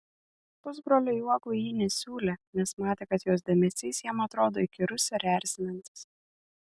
pusbroliui uogų ji nesiūlė nes matė kad jos dėmesys jam atrodo įkyrus ir erzinantis